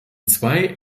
zwei